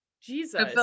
Jesus